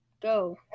Go